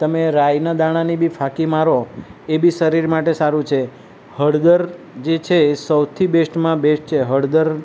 તમે રાઈના દાણાની બી ફાંકી મારો એ બી શરીર માટે સારું છે હળદર જે છે એ સૌથી બેસ્ટમાં બેસ્ટ છે હળદર